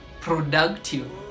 productive